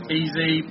easy